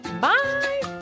bye